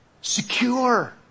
Secure